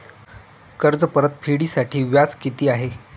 कर्ज परतफेडीसाठी व्याज किती आहे?